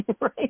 right